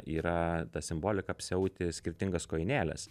yra ta simbolika apsiauti skirtingas kojinėles